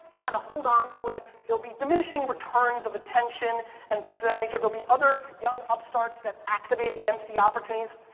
kinda hold onto it? you'll be diminishing returns of attention and things of that nature. there'll be other young upstarts that activate against the opportunities,